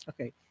Okay